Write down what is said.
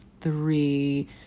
three